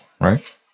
right